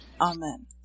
Amen